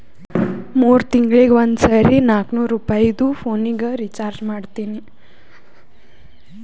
ಮೂರ್ ತಿಂಗಳಿಗ ಒಂದ್ ಸರಿ ನಾಕ್ನೂರ್ ರುಪಾಯಿದು ಪೋನಿಗ ರೀಚಾರ್ಜ್ ಮಾಡ್ತೀನಿ